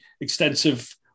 extensive